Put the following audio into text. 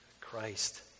Christ